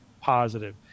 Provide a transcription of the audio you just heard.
positive